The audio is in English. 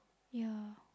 yeah